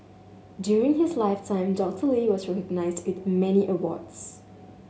during his lifetime Doctor Lee was recognised with many awards